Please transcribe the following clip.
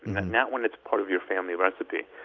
not when it's part of your family recipe.